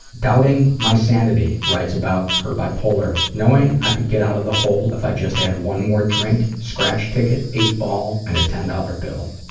doubting my sanity writes about her bipolar. knowing i could get out of the hole if i just had one more drink, scratch ticket, eight ball, and a ten dollar bill.